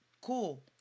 cool